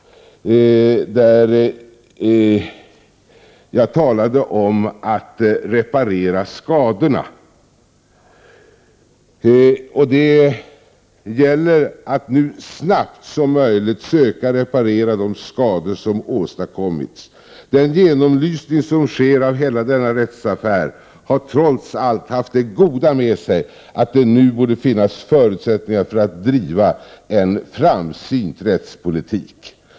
Jag talade då om att man borde reparera skadorna. Det gäller att nu så snabbt som möjligt söka reparera de skador som har åstadkommits. Den genomlysning som sker av hela denna rättsaffär har trots allt haft det goda med sig att det nu borde finnas förutsättningar för att driva en framsynt rättspolitik.